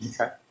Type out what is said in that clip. Okay